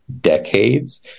decades